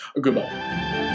goodbye